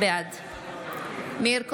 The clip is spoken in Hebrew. בעד מאיר כהן,